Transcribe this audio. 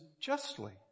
justly